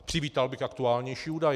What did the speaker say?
Přivítal bych aktuálnější údaje.